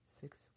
six